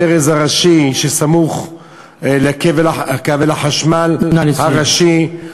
הברז הראשי שסמוך לכבל החשמל הראשי, נא לסיים.